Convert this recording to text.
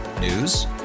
News